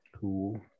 Cool